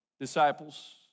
disciples